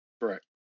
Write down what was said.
Correct